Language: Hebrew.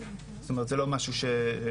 לא משהו.